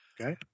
okay